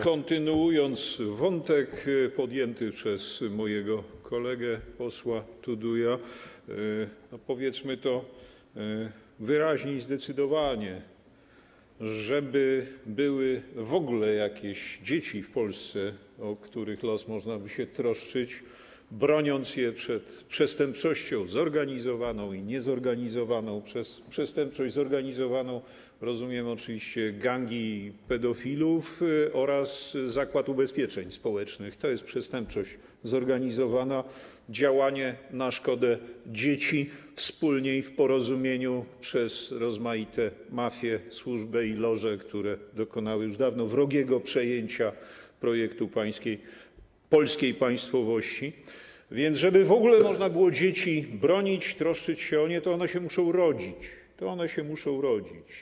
Kontynuując wątek podjęty przez mojego kolegę posła Tuduja, powiem wyraźnie i zdecydowanie: żeby w ogóle były jakieś dzieci w Polsce, o których los można by się troszczyć, broniąc je przed przestępczością zorganizowaną i niezorganizowaną - przez przestępczość zorganizowaną rozumiem oczywiście gangi pedofilów oraz Zakład Ubezpieczeń Społecznych, bo to jest przestępczość zorganizowana, działanie na szkodę dzieci wspólnie i w porozumieniu przez rozmaite mafie, służby i loże, które dokonały już dawno wrogiego przejęcia projektu polskiej państwowości - żeby w ogóle można było dzieci bronić, troszczyć się o nie, to one się muszą urodzić.